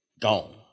Gone